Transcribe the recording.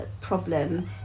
problem